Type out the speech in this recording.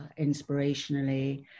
inspirationally